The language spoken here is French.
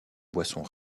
boisson